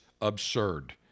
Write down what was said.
absurd